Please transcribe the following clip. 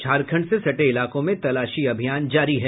झारखण्ड से सटे इलाकों में तलाशी अभियान जारी है